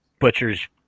butchers